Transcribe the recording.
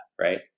right